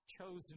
chosen